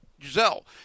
Giselle